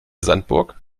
sandburg